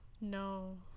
No